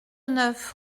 neuf